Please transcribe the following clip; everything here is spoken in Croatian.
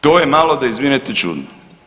To je malo da izvinete čudno.